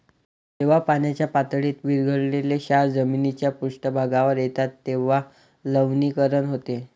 जेव्हा पाण्याच्या पातळीत विरघळलेले क्षार जमिनीच्या पृष्ठभागावर येतात तेव्हा लवणीकरण होते